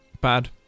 bad